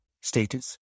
status